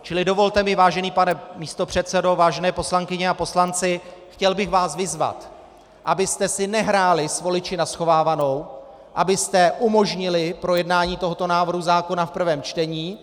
Čili dovolte mi, vážený pane místopředsedo, vážené poslankyně a poslanci, chtěl bych vás vyzvat, abyste si nehráli s voliči na schovávanou, abyste umožnili projednání tohoto návrhu zákona v prvém čtení.